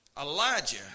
Elijah